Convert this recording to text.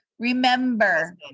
Remember